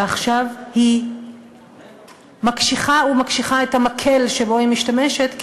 ועכשיו היא מקשיחה ומקשיחה את המקל שבו היא משתמשת,